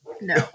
no